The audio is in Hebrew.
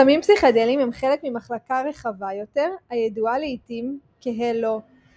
סמים פסיכדליים הם חלק ממחלקה רחבה יותר הידועה לעיתים כהלוצינוגנים,